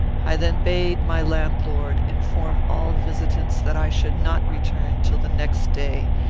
i then bade my landlord inform all visitants that i should not return till the next day,